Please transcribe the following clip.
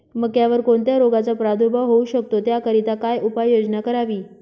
मक्यावर कोणत्या रोगाचा प्रादुर्भाव होऊ शकतो? त्याकरिता काय उपाययोजना करावी?